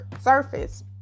surface